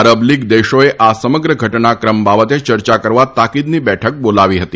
આરબ League દેશોએ આ સમગ્ર ઘટનાક્રમ બાબતે ચર્ચા કરવા તાકીદની બેઠક બોલાવી હતી